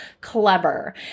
clever